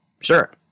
sure